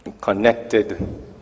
connected